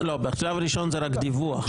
לא, בשלב הראשון זה רק דיווח.